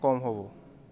কম হ'ব